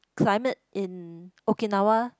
climate in Okinawa